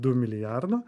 du milijardo